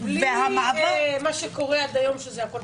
לא כמו שהיה עד היום,